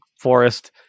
Forest